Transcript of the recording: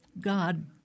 God